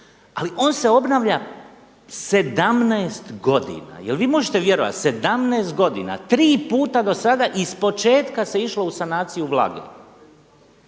ali on se obnavlja 17 godina. Je li vi možete vjerovati 17 godina? Tri puta do sada iz početka se išlo u sanaciju vlage.